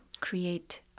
create